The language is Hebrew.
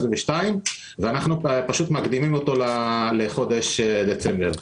ואנחנו פשוט מקדימים אותו לחודש דצמבר,